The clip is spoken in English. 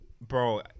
Bro